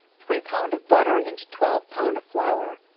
three pound of butter into twelve pound of flour,